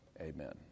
amen